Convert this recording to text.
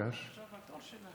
פרקש הכהן.